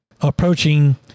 approaching